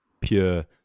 pure